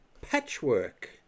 Patchwork